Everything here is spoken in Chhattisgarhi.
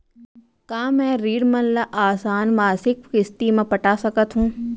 का मैं ऋण मन ल आसान मासिक किस्ती म पटा सकत हो?